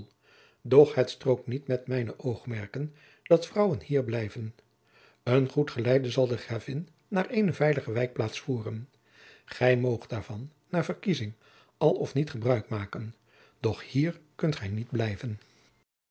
het strookt niet met mijne oogmerken dat vrouwen hier blijven een goed geleide zal de gravin naar eene veilige wijkplaats voeren gij moogt daarvan naar verkiezing al of niet gebruik maken doch hier kunt gij niet blijven